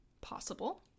Possible